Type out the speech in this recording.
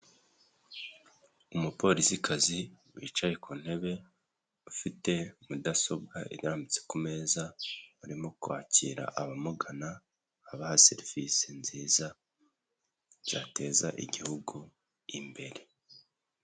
Umupolisikazi wicaye ku ntebe afite mudasobwa irambitse ku meza barimo kwakira abamugana abaha serivisi nziza cyateza igihugu imbere.